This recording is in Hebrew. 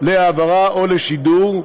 להעברה או לשידור,